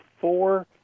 four